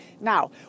Now